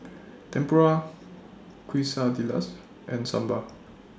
Tempura Quesadillas and Sambar